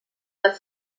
dal